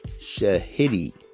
Shahidi